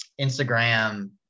Instagram